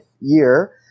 year